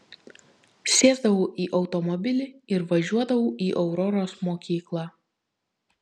sėsdavau į automobilį ir važiuodavau į auroros mokyklą